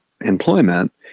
employment